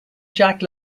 jack